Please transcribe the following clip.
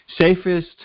safest